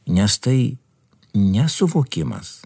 nes tai nesuvokimas